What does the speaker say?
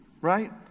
Right